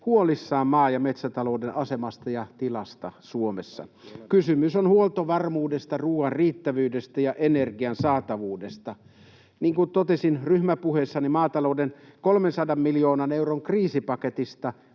huolissaan maa- ja metsätalouden asemasta ja tilasta Suomessa. Kysymys on huoltovarmuudesta, ruoan riittävyydestä ja energian saatavuudesta. Niin kuin totesin ryhmäpuheessani, maatalouden 300 miljoonan euron kriisipaketista